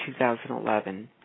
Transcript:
2011